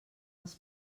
els